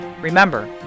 Remember